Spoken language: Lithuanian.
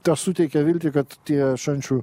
tesuteikia viltį kad tie šančių